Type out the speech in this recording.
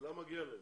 כולם מגיע להם.